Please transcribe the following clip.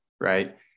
right